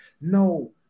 No